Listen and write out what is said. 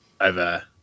over